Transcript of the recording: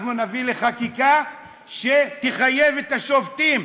אנחנו נביא לחקיקה שתחייב את השופטים,